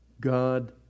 God